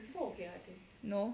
no